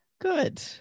Good